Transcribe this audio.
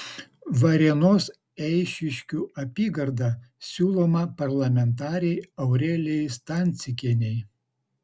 varėnos eišiškių apygarda siūloma parlamentarei aurelijai stancikienei